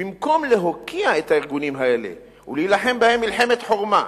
ובמקום להוקיע את הארגונים האלה ולהילחם בהם מלחמת חורמה,